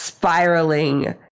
spiraling